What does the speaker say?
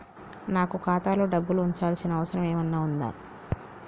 నాకు ఖాతాలో డబ్బులు ఉంచాల్సిన అవసరం ఏమన్నా ఉందా?